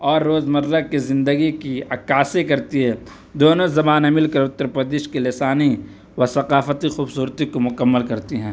اور روز مرّہ کے زندگی کی عکّاسی کرتی ہے دونوں زبانیں مل کر اتّر پردیش کے لسانی و ثقافتی خوبصورتی کو مکمل کرتی ہیں